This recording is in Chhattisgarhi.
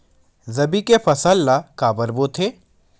रबी के फसल ला काबर बोथे?